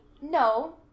No